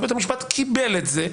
בית המשפט קיבל את זה.